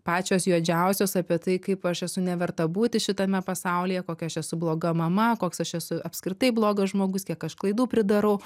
pačios juodžiausios apie tai kaip aš esu neverta būti šitame pasaulyje kokia aš esu bloga mama koks aš esu apskritai blogas žmogus kiek aš klaidų pridarau